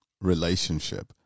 relationship